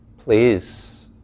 Please